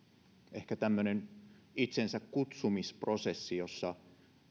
ehkä tämmöinen itsensä kutsumisprosessi jossa